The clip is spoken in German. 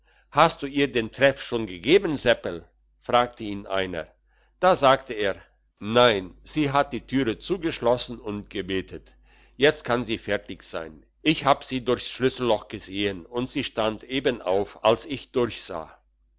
hast du ihr den treff schon gegeben seppel fragte ihn einer da sagte er nein sie hat die türe zugeschlossen und gebetet jetzt kann sie fertig sein ich hab sie durchs schlüsselloch gesehen und sie stand eben auf als ich durchsah